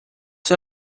see